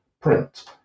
print